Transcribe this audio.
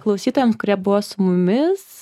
klausytojams kurie buvo su mumis